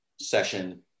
session